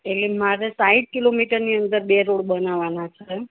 એટલે મારે સાઠ કિલોમીટરની અંદર બે રોડ બનાવવાના છે